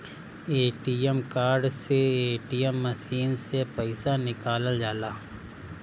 ATM card से ATM machine से पईसा निकालल जाला